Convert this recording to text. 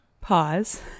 Pause